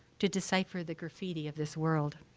to decipher the graffiti of this world.